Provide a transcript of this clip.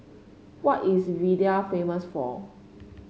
what is Riyadh famous for